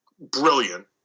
brilliant